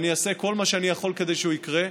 אעשה כל מה שאני יכול כדי שהוא יקרה.